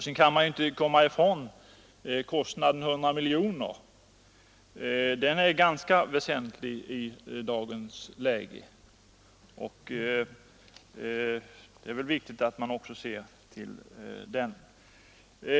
Det går heller inte att komma ifrån den kostnad på 100 miljoner kronor som en höjning av bidragsdelen skulle innebära; det är ett faktum som man får ta hänsyn till.